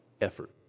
effort